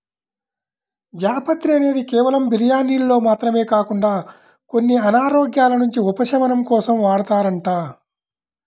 జాపత్రి అనేది కేవలం బిర్యానీల్లో మాత్రమే కాకుండా కొన్ని అనారోగ్యాల నుంచి ఉపశమనం కోసం వాడతారంట